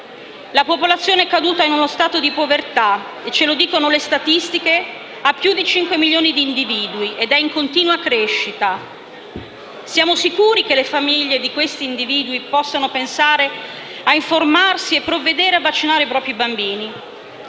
La popolazione caduta in stato di povertà è pari - ce lo dicono le statistiche - a più di 5 milioni di individui ed è in continua crescita. Siamo sicuri che le famiglie di questi individui possano pensare a informarsi e provvedere a vaccinare i propri bambini?